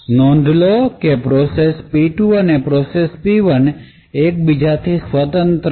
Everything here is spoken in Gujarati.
નોંધ લો કે પ્રોસેસ P2 અને પ્રોસેસ P1 એક બીજાથી તદ્દન સ્વતંત્ર છે